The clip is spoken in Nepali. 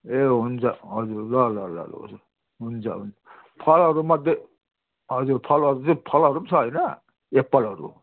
ए हुन्छ हजुर ल ल ल ल ल हुन्छ हुन्छ फलहरूमध्ये हजुर फलहरू चाहिँ फलहरू पनि छ होइन एप्पलहरू